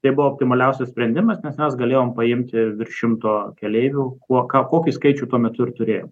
tai buvo optimaliausias sprendimas nes mes galėjom paimti virš šimto keleivių kuo ką kokį skaičių tuo metu turėjom